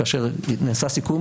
כאשר נעשה סיכום,